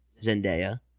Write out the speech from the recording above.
Zendaya